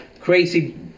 crazy